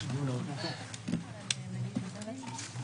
הישיבה ננעלה בשעה 15:54.